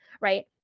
right